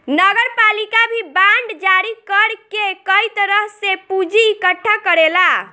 नगरपालिका भी बांड जारी कर के कई तरह से पूंजी इकट्ठा करेला